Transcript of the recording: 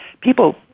people